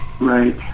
Right